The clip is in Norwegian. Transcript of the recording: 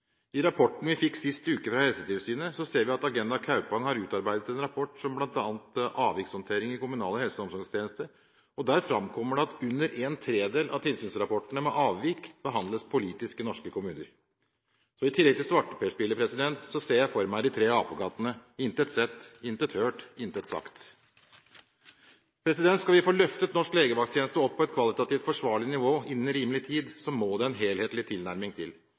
I rapporten vi fikk fra Helsetilsynet i forrige uke, ser vi at Agenda Kaupang har utarbeidet en rapport om bl.a. avvikshåndtering i kommunal helse- og omsorgstjeneste. Der framkommer det at under en tredel av tilsynsrapportene med avvik behandles politisk i norske kommuner. Så i tillegg til svarteperspillet ser jeg for meg de tre apekattene: intet sett – intet hørt – intet sagt. Skal vi få løftet norsk legevakttjeneste opp på et kvalitativt forsvarlig nivå innen rimelig tid, må det en helhetlig tilnærming til.